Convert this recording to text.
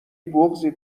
بغضی